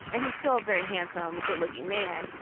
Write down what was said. and he's still very handsome, a good looking man.